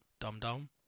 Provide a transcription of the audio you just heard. dum-dum